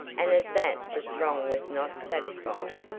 and at that the throng was not satisfied,